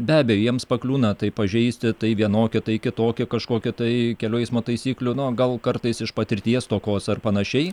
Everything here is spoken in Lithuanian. be abejo jiems pakliūna tai pažeisti tai vienokį tai kitokį kažkokį tai kelių eismo taisyklių nu gal kartais iš patirties stokos ar panašiai